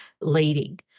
leading